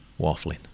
waffling